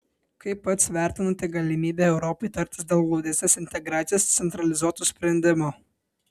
kaip pats vertinate galimybę europai tartis dėl glaudesnės integracijos centralizuotų sprendimų